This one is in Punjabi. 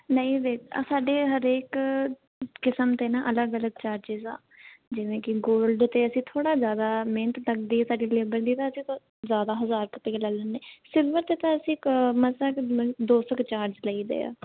ਨਹੀਂ ਜੀ ਸਾਡੇ ਹਰੇਕ ਕਿਸਮ 'ਤੇ ਨਾ ਅਲੱਗ ਅਲੱਗ ਚਾਰਜਿਸ ਆ ਜਿਵੇਂ ਕਿ ਗੋਲਡ 'ਤੇ ਅਸੀਂ ਥੋੜ੍ਹਾ ਜ਼ਿਆਦਾ ਮਿਹਨਤ ਲੱਗਦੀ ਹੈ ਸਾਡੇ ਲੇਬਰ ਦੀ ਨਾ ਜ਼ਿਆਦਾ ਹਜ਼ਾਰ ਕੁ ਤੀਕਰ ਲੱਗ ਜਾਂਦੇ ਸਿਲਵਰ 'ਤੇ ਤਾਂ ਅਸੀਂ ਮਸਾ ਕੁ ਦੋ ਸੌ ਕੁ ਚਾਰਜਿਸ ਲਈਦੇ ਆ